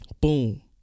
Boom